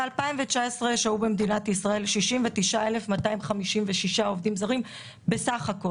ב-2019 שהו במדינת ישראל 69,256 עובדים זרים בסה"כ,